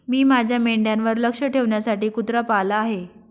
मी माझ्या मेंढ्यांवर लक्ष ठेवण्यासाठी कुत्रा पाळला आहे